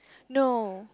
no